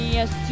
Yes